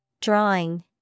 Drawing